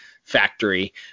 factory